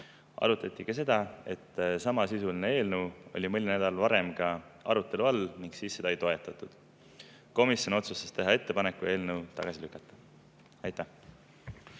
Arutati sedagi, et samasisuline eelnõu oli mõni nädal varem samuti arutelu all ning siis seda ei toetatud. Komisjon otsustas teha ettepaneku eelnõu tagasi lükata. Aitäh!